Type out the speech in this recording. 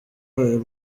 ayo